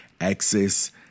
access